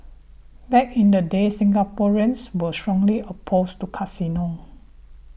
back in the day Singaporeans were strongly opposed to casinos